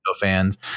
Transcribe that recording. fans